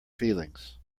feelings